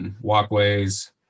walkways